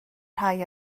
rhai